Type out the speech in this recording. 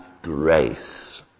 grace